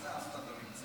מה זה, אף אחד לא נמצא?